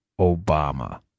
Obama